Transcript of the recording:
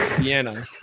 piano